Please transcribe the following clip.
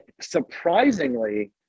surprisingly